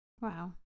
Wow